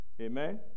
Amen